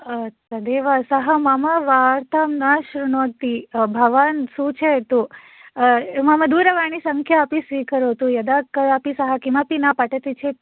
तदेव सः मम वार्तां न शृणोति भवान् सूचयतु मम दूरवाणिसङ्ख्या अपि स्वीकरोतु यदा कदा अपि सः किमपि न पठति चेत्